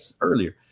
earlier